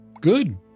good